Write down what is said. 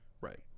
right